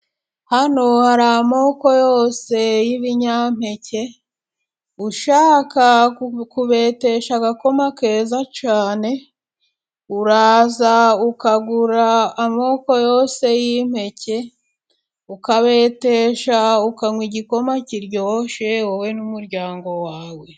Hano hari amoko yose y'ibinyampeke, ushaka kubetesha agakoma keza cyane uraza ukagura amoko yose y'impeke, ukabetesha ukanywa igikoma kiryoshye wowe n'umuryango wawe.